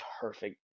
perfect